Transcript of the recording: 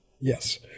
Yes